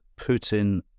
Putin